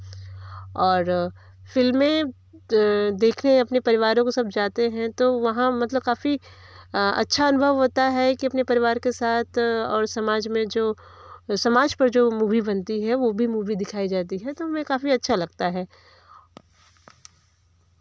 और फिल्में देखने अपने परिवारों को सब जाते हैं तो वहाँ मतलब काफ़ी अच्छा अनुभव होता है कि अपने परिवार के साथ और समाज में जो समाज पर जो मूवी बनती है वह भी मूवी दिखाई जाती है तो मैं काफ़ी अच्छा लगता है